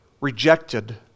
rejected